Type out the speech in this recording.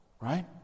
right